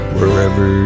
Wherever